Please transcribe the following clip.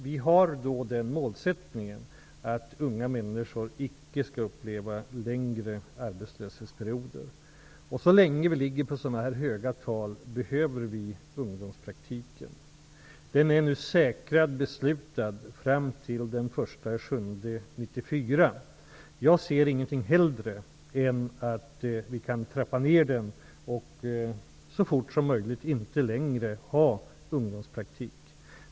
Vi har den målsättningen att unga människor icke skall uppleva längre arbetslöshetsperioder. Så länge dessa höga tal finns kvar, behöver vi ungdomspraktiken. Den är nu säkrad genom beslut fram till den 1 juli 1994. Jag ser inget hellre än att vi kan trappa ner verksamheten med ungdomspraktik så fort som möjligt.